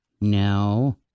No